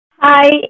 Hi